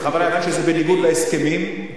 למה אתם מנסים למנוע את זה?